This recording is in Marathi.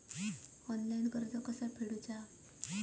ऑनलाइन कर्ज कसा फेडायचा?